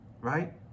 right